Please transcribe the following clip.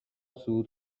صعود